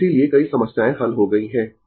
और इसीलिए कई समस्याएं हल हो गई है